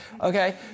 okay